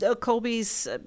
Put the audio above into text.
Colby's